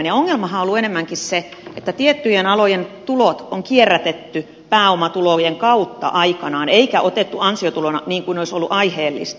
ongelmahan on ollut enemmänkin se että tiettyjen alojen tulot on kierrätetty pääomatulojen kautta aikanaan eikä otettu ansiotulona niin kuin olisi ollut aiheellista